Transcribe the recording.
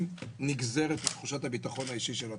נגזרת מתחושת הביטחון האישי של התושבים.